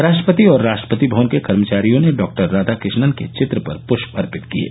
राष्ट्रपति और राष्ट्रपति भवन के कर्मचारियों ने डॉक्टर राधाकृष्णन के चित्र पर पृष्प अर्पित किये